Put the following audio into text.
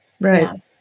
Right